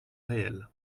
réel